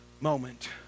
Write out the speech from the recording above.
moment